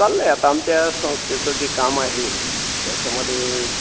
चाललं आहे आता आमच्या संस्थेचं जे काम आहे त्याच्यामध्ये